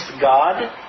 God